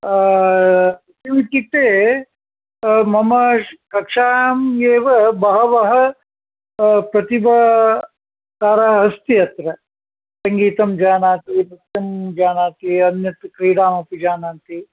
किम् इत्युक्ते मम कक्षायाम् एव बहवः प्रतिभा तारा अस्ति अत्र सङ्गीतं जानाति नृत्यं जानाति अन्यत् क्रीडाम् अपि जानाति